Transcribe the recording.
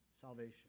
salvation